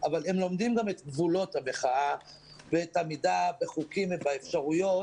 אבל הם לומדים גם את גבולות המחאה ואת העמידה בחוקים ובאפשרויות